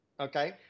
okay